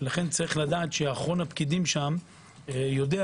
לכן יש לדעת שאחרון הפקידים שם יודע.